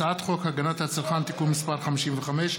הצעת חוק הגנת הצרכן (תיקון מס' 55),